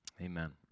Amen